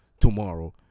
tomorrow